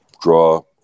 draw